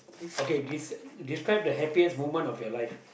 okay des~ describe the happiest moment of your life